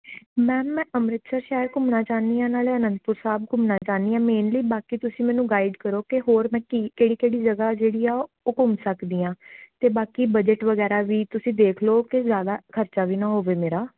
ma'am ਮੈਂ ਅੰਮ੍ਰਿਤਸਰ ਸ਼ਹਿਰ ਘੁੰਮਣਾ ਚਾਹੁੰਦੀ ਹਾਂ ਨਾਲ਼ੇ ਅਨੰਦਪੁਰ ਸਾਹਿਬ ਘੁੰਮਣਾ ਚਾਹੁੰਦੀ ਹਾਂ ਮੇਨਲੀ ਬਾਕੀ ਤੁਸੀਂ ਮੈਨੂੰ ਗਾਈਡ ਕਰੋ ਹੋਰ ਮੈਂ ਕੀ ਕਿਹੜੀ ਕਿਹੜੀ ਜਗ੍ਹਾਂ ਜਿਹੜੀ ਹੈ ਉਹ ਘੁੰਮ ਸਕਦੀ ਹਾਂ ਅਤੇ ਬਾਕੀ ਬਜਟ ਵਗੈਰਾ ਵੀ ਤੁਸੀਂ ਦੇਖਲੋ ਕਿ ਜ਼ਿਆਦਾ ਖ਼ਰਚਾ ਵੀ ਨਾ ਹੋਵੇ ਮੇਰਾ